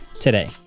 today